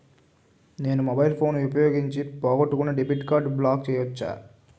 నేను mobile phone ఉపయోగించి పోగొట్టుకున్న డెబిట్ కార్డ్ని బ్లాక్ చేయవచ్చా?